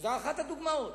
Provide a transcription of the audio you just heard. שזאת אחת הדוגמאות,